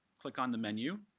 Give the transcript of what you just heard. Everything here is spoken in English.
click on the menu.